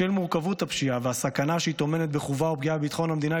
בשל מורכבות הפשיעה והסכנה שהיא טומנת בחובה לפגיעה בביטחון המדינה,